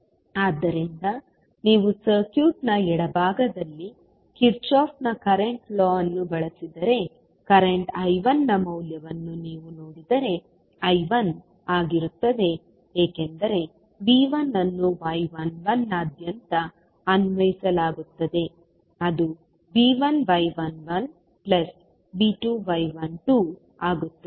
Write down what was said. ಆದ್ದರಿಂದ ನೀವು ಸರ್ಕ್ಯೂಟ್ನ ಎಡಭಾಗದಲ್ಲಿ ಕಿರ್ಚಾಫ್ನ ಕರೆಂಟ್ ಲಾ ಅನ್ನು ಬಳಸಿದರೆ ಕರೆಂಟ್ I1ನ ಮೌಲ್ಯವನ್ನು ನೀವು ನೋಡಿದರೆ I1 ಆಗಿರುತ್ತದೆ ಏಕೆಂದರೆ V1 ಅನ್ನು y11 ನಾದ್ಯಂತ ಅನ್ವಯಿಸಲಾಗುತ್ತದೆ ಅದು V1y11V2y12 ಆಗುತ್ತದೆ